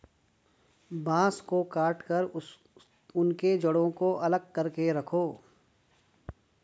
बांस को काटकर उनके जड़ों को अलग करके रखो